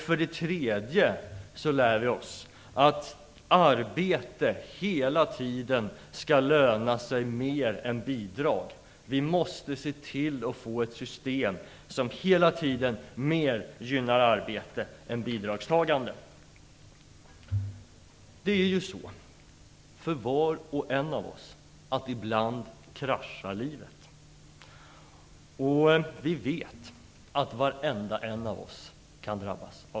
För det tredje lär vi oss att arbete hela tiden skall löna sig mer än bidrag. Vi måste se till att få ett system som hela tiden mer gynnar arbete än bidragstagande. Vi vet alla att livet kraschar ibland, och var och en av oss kan drabbas.